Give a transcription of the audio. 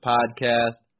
Podcast